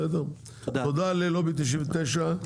תודה ללובי 99,